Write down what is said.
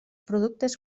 productes